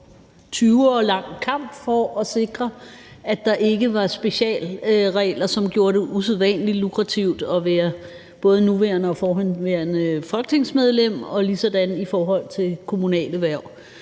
20 år lang kamp for at sikre, at der ikke var specialregler, som gjorde det usædvanlig lukrativt at være både nuværende og forhenværende folketingsmedlem og ligesådan i forhold til kommunale hverv.